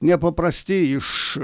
nepaprasti iš